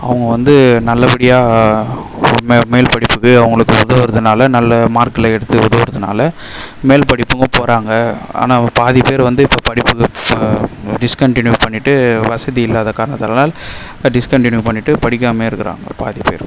அவங்க வந்து நல்லபடியாக மே மேல்படிப்புக்கு அவங்களுக்கு உதவுறதுனால நல்ல மார்க்கில் எடுத்து உதவுறதுனால மேல் படிப்புக்கும் போகறாங்க ஆனால் பாதி பேர் வந்து இப்போ படிப்பு டிஸ்கன்டினியூ பண்ணிவிட்டு வசதி இல்லாத காரணத்தனால் டிஸ்கன்டினியூ பண்ணிவிட்டு படிக்காமயே இருக்குறாங்க பாதி பேர்